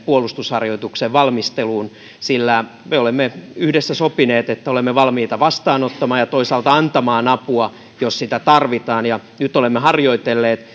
puolustusharjoituksen valmistelun sillä me olemme yhdessä sopineet että olemme valmiita vastaanottamaan ja toisaalta antamaan apua jos sitä tarvitaan nyt kun olemme harjoitelleet